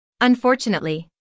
Unfortunately